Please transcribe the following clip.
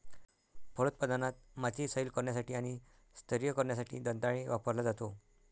फलोत्पादनात, माती सैल करण्यासाठी आणि स्तरीय करण्यासाठी दंताळे वापरला जातो